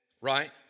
right